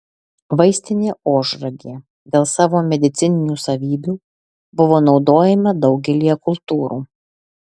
vaistinė ožragė dėl savo medicininių savybių buvo naudojama daugelyje kultūrų